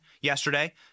yesterday